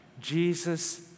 Jesus